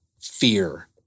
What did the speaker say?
fear